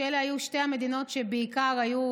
שאלה היו שתי המדינות שמהן בעיקר היו